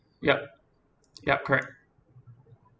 yup yup correct